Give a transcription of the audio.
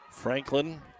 Franklin